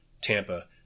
Tampa